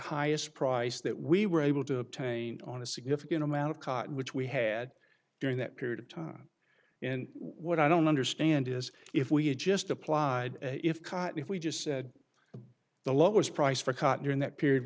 highest price that we were able to obtain on a significant amount of cotton which we had during that period of time and what i don't understand is if we had just applied if caught if we just said the lowest price for caught during that period